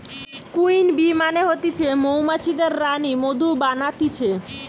queen bee মানে হতিছে মৌমাছিদের রানী মধু বানাতিছে